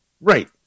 Right